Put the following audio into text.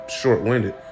short-winded